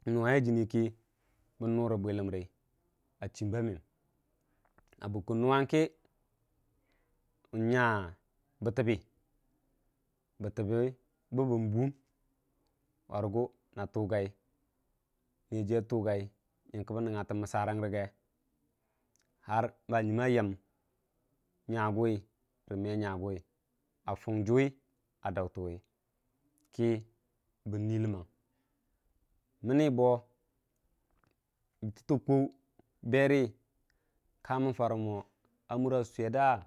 n, nuwa yai jini kə bən nʊ ra bwi ləmrə a chimba məyəm a bukkən nuwang kə nuya bət bətəbənbən buuwum na nya a tugai niyajiiya tugai nyə bən nuwa tən məssaranng rə a yən nyaguwi rə me nyagu a fung juwi a dauruwi kə banuu ləmmang mənə bo jətta kwuwu berə kamən farə ma mura swiyer da.